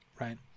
right